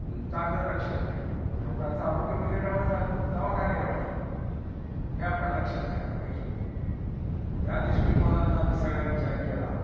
चांगलं लक्षण नाही लोकांचं आरोग्य बिघडल्यामुळे दवाखाने वाढले हे आपण लक्षात घ्यायला पाहिजे त्या दृष्टिकोनातनं आम्ही सगळा विचार केला